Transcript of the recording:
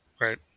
right